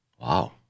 Wow